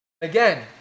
Again